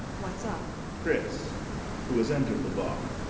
what's up? chris who has entered the bar.